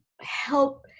help